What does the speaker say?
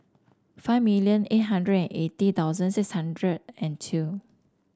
five eight hundred and eighty thousand six hundred and two